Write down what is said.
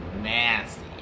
nasty